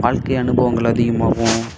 வாழ்க்கை அனுபவங்கள் அதிகமாகும்